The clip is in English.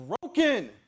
broken